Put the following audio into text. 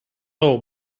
اوه